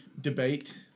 debate